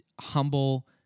humble